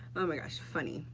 oh my gosh, funny,